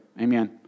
Amen